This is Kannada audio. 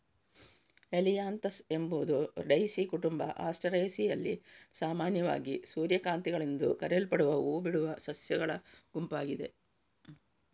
ಹೆಲಿಯಾಂಥಸ್ ಎಂಬುದು ಡೈಸಿ ಕುಟುಂಬ ಆಸ್ಟರೇಸಿಯಲ್ಲಿ ಸಾಮಾನ್ಯವಾಗಿ ಸೂರ್ಯಕಾಂತಿಗಳೆಂದು ಕರೆಯಲ್ಪಡುವ ಹೂ ಬಿಡುವ ಸಸ್ಯಗಳ ಗುಂಪಾಗಿದೆ